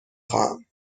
خواهم